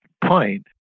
point